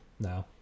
No